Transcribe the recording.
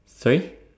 sorry